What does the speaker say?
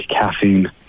caffeine